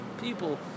people